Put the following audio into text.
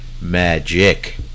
magic